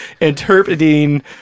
interpreting